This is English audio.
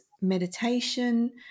meditation